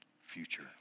future